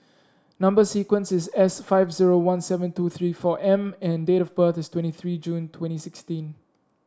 number sequence is S five zero one seven two three four M and date of birth is twenty three June twenty sixteen